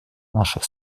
наших